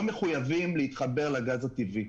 אנחנו חושבים שצריכים להסדיר את הדבר הזה.